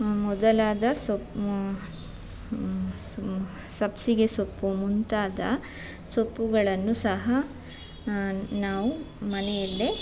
ಮೊದಲಾದ ಸೊಪ್ಪು ಸಬ್ಬಸಿಗೆ ಸೊಪ್ಪು ಮುಂತಾದ ಸೊಪ್ಪುಗಳನ್ನು ಸಹ ನಾವು ಮನೆಯಲ್ಲೇ